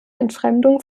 entfremdung